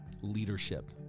leadership